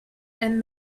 and